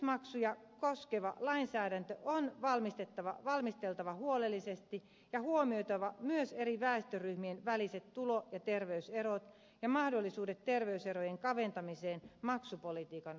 asiakasmaksuja koskeva lainsäädäntö on valmisteltava huolellisesti ja on huomioitava myös eri väestöryhmien väliset tulo ja terveyserot ja mahdollisuudet terveyserojen kaventamiseen maksupolitiikan avulla